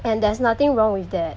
and there's nothing wrong with that